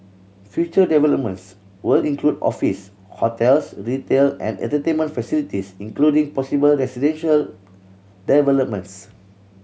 future developments will include office hotels retail and entertainment facilities including possible residential developments